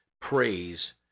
Praise